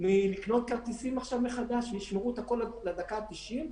מלקנות כרטיסים מחדש וישמרו את הכול לדקה התשעים,